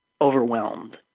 overwhelmed